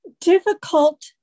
difficult